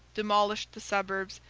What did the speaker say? demolished the suburbs,